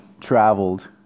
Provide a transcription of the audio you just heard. traveled